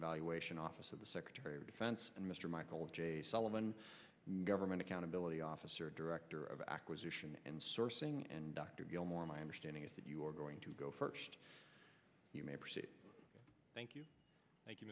evaluation office of the secretary of defense and mr michael j sullivan government accountability office or director of acquisition and sourcing and dr gilmore my understanding is that you are going to go first thank you thank you